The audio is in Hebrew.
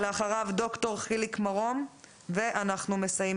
אחריו דוקטור חיליק מרום ובזה נסיים